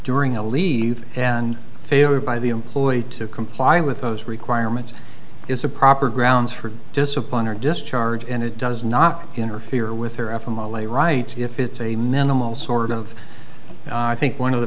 during a leave and failure by the employee to comply with those requirements is a proper grounds for discipline or discharge and it does not interfere with her after my labor rights if it's a minimal sort of i think one of the